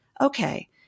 okay